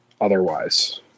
otherwise